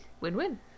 Win-win